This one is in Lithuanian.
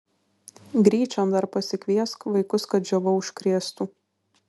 gryčion dar pasikviesk vaikus kad džiova užkrėstų